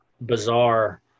bizarre